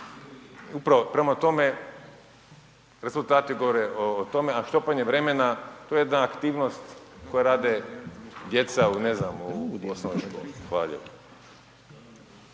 upravo, prema tome rezultati govore o tome a štopanje vremena to je jedna aktivnost koju rade djeca ne znam u osnovnoj